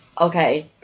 okay